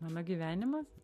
mano gyvenimas